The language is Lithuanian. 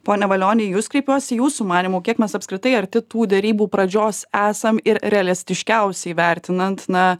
pone valioni į jus kreipiuosi jūsų manymu kiek mes apskritai arti tų derybų pradžios esam ir realistiškiausiai vertinant na